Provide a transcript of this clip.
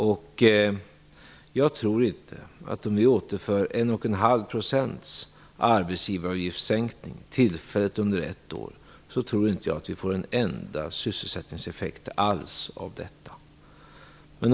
Om vi sänker arbetsgivaravgiften med 1,5 % tillfälligt under ett år, tror jag inte att detta skulle ha någon som helst effekt på sysselsättningen.